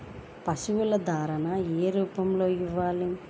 పశువుల దాణా ఏ రూపంలో ఇవ్వాలి?